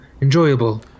enjoyable